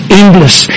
endless